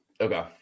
Okay